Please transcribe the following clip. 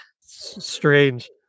Strange